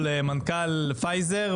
מנכ"ל פייבר,